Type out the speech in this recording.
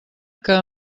que